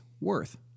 worth